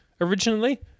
originally